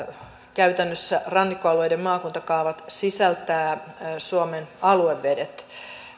käytännössä rannikkoalueiden maakuntakaavat sisältävät suomen aluevedet